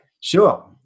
Sure